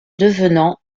devenant